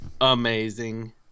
amazing